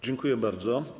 Dziękuję bardzo.